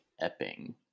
Epping